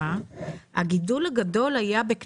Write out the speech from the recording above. ובפועל הגידול הגדול היה אז.